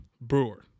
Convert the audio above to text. Brewer